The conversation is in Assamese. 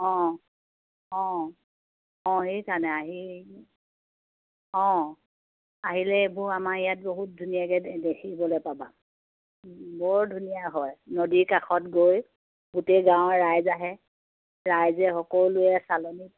অঁ অঁ অঁ সেইকাৰণে আহি অঁ আহিলে এইবোৰ আমাৰ ইয়াত বহুত ধুনীয়াকৈ দেখিবলৈ পাবা বৰ ধুনীয়া হয় নদীৰ কাষত গৈ গোটেই গাঁৱৰ ৰাইজ আহে ৰাইজে সকলোৱে চালনীত